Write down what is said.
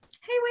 hey